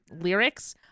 lyrics